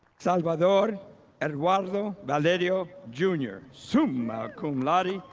salvador eduardo valerio junior, summa cum laude,